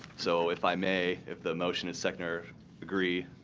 so if i may, if the motion is seconded or agreed,